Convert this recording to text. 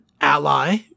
ally